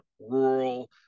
rural